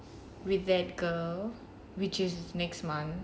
with that girl which is next month